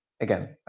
again